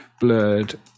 blurred